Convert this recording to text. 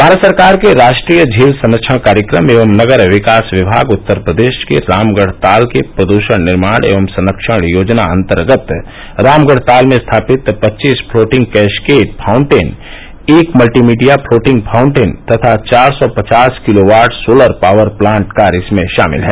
भारत सरकार के राष्ट्रीय झील संरक्षण कार्यक्रम एव नगर विकास विभाग उत्तर प्रदेश के रामगढ़ताल के प्रद्यण निर्माण एव संरक्षण की योजना अन्तर्गत रामगढ़ताल में स्थापित पच्चीस फ्लोटिंग कैशकेड फाउंटेन एक मल्टीमीडिया फ्लोटिंग फाउंटेन तथा चार सौ पचास kilowatt solar power plant कार्य इसमें शामिल हैं